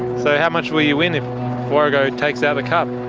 so how much will you win if warrego takes out the cup?